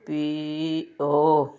P O